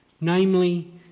namely